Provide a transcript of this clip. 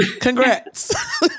Congrats